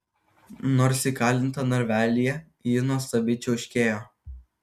nors įkalinta narvelyje ji nuostabiai čiauškėjo